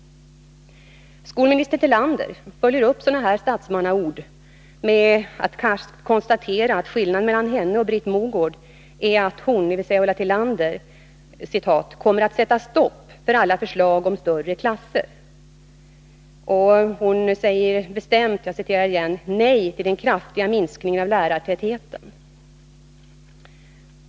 Skolminister Tillander följer sedan upp dessa statsmannaord med att karskt konstatera att skillnaden mellan henne och Britt Mogård är att hon, dvs. Ulla Tillander, ”kommer att stoppa alla förslag om större klasser” och att hon bestämt säger ”nej till den kraftiga minskningen av lärartätheten”.